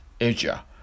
Asia